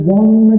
one